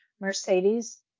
Mercedes